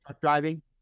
driving